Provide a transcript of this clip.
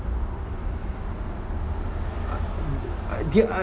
I I